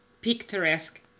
picturesque